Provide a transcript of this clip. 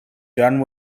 done